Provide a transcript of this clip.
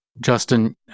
Justin